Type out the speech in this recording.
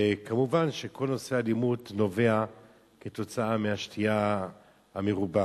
וכמובן שכל נושא האלימות נובע מהשתייה המרובה.